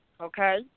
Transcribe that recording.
okay